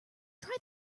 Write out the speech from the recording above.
try